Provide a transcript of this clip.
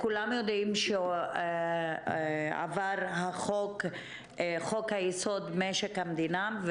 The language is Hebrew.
כולם יודעים שעבר חוק-יסוד: משק המדינה,